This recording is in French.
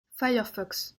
firefox